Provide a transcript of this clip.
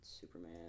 Superman